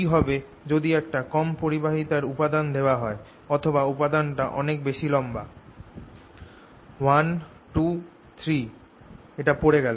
কি হবে যদি একটা কম পরিবাহিতার উপাদান দেওয়া হয় অথবা উপাদানটা অনেক বেশি লম্বা 1 2 3 এটা পড়ে গেল